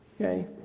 Okay